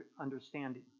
understanding